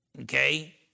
Okay